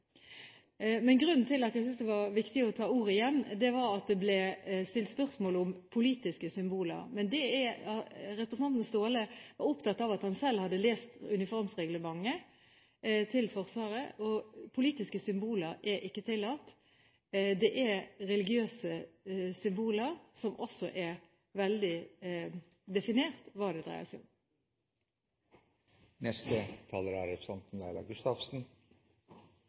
Men grunnen til at jeg syntes det var viktig å ta ordet igjen, var at det ble stilt spørsmål om politiske symboler. Representanten Staahle var opptatt av at han selv hadde lest uniformsreglementet til Forsvaret. Politiske symboler er ikke tillatt. Det er religiøse symboler, som også er veldig definert, som det dreier seg om. Jeg tok ordet fordi Ivar Kristiansen gjennom sitt innlegg avslørte at han kanskje er